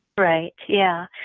right, yeah.